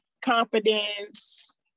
confidence